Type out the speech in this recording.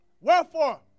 Wherefore